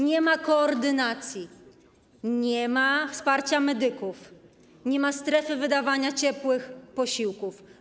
Nie ma koordynacji, nie ma wsparcia medyków, nie ma strefy wydawania ciepłych posiłków.